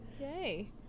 Yay